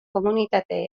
komunitate